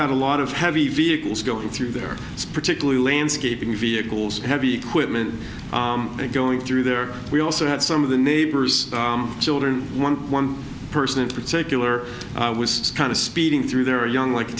had a lot of heavy vehicles going through there particularly landscaping vehicles heavy equipment and going through there we also had some of the neighbors children one one person in particular was kind of speeding through their young like a